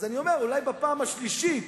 אז אני אומר: אולי בפעם השלישית